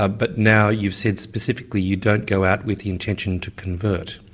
ah but now you've said specifically you don't go out with the intention to convert.